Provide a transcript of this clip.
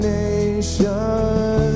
nation